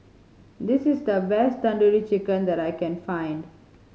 this is the best Tandoori Chicken that I can find